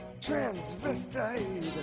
transvestite